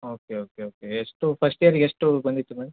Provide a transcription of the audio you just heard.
okay okay okay ಎಷ್ಟು first ಇಯರಿಗೆ ಎಷ್ಟು ಬಂದಿತ್ತು ಮ್ಯಾಮ್